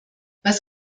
was